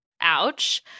ouch